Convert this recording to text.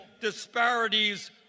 disparities